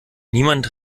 niemand